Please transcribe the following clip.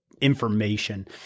information